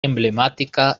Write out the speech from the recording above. emblemática